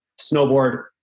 snowboard